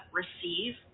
receive